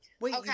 Wait